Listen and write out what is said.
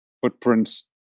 footprints